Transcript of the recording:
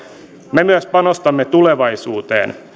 me myös panostamme tulevaisuuteen